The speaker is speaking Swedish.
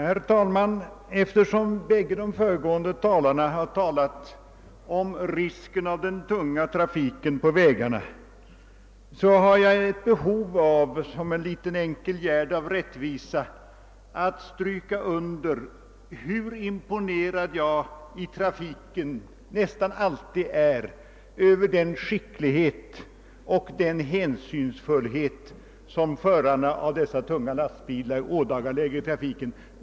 Herr talman! Eftersom de bägge före gående talarna uttalat sig om risken med den tunga trafiken på vägarna har jag ett behov av att som en liten enkel gärd av rättvisa understryka hur imponerad jag nästan alltid blir i trafiken över den skicklighet och hänsynsfullhet som förarna av dessa tunga lastbilar ådagalägger.